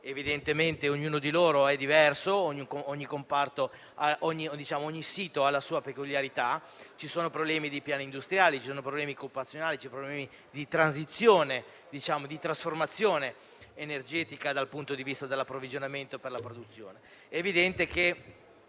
Evidentemente ognuno di loro è diverso, ogni sito ha la sua peculiarità, ci sono problemi di piani industriali, occupazionali, di transizione e trasformazione energetica dal punto di vista dell'approvvigionamento per la produzione.